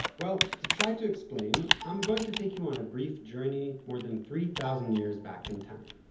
well, to try to explain, i'm going to take you on a brief journey, more than three thousand years back in time